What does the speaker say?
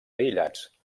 aïllats